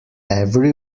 every